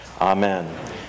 Amen